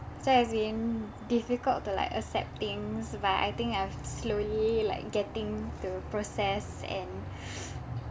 so as in difficult to like accept things but I think I've slowly like getting the process and